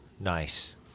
Nice